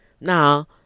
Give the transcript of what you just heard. Now